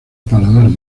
paladar